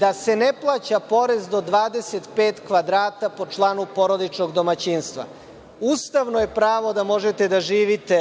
da se ne plaća porez do 25 kvadrata po članu porodičnog domaćinstva. Ustavno je pravo da možete da živite